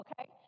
okay